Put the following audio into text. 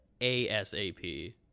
ASAP